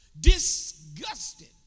Disgusted